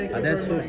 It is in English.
adesso